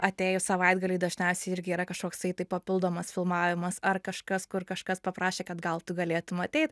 atėjus savaitgaliui dažniausiai irgi yra kažkoksai tai papildomas filmavimas ar kažkas kur kažkas paprašė kad gal tu galėtum ateit